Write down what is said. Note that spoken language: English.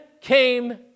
came